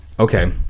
Okay